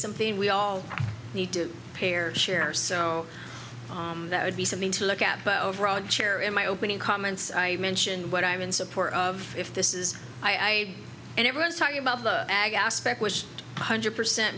something we all need to pay or share so that would be something to look at but overall chair in my opening comments i mentioned what i'm in support of if this is i and everyone is talking about the ag aspect was one hundred percent